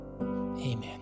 amen